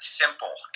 simple